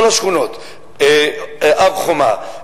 כל השכונות: הר-חומה,